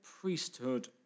priesthood